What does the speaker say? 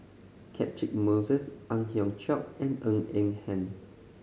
Catchick Moses Ang Hiong Chiok and Ng Eng Hen